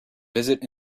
visit